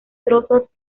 trozos